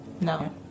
No